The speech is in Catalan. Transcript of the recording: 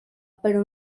però